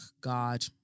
God